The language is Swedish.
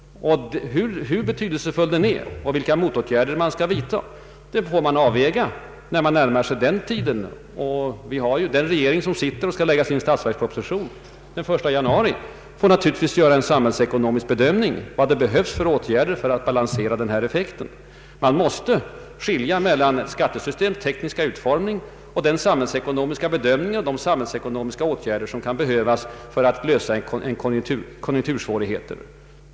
Hur betydelsefull den är och vilka motåtgärder man skall vidta får övervägas när den tiden närmar sig. Den regering som skall avlämna sin statsverksproposition den 1 januari nästa år får naturligtvis göra en samhällsekonomisk bedömning av vad det behövs för åtgärder för att balansera denna effekt. Man måste alltså skilja mellan skattesystemets tekniska utformning och den samhällsekonomiska bedömning samt de samhällsekonomiska åtgärder som kan behövas för att lösa konjunktursvårigheter.